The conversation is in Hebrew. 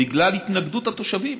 בגלל התנגדות התושבים,